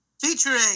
featuring